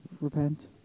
repent